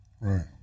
Right